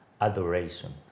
adoration